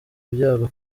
ibyago